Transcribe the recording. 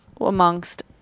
amongst